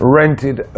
rented